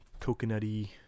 coconutty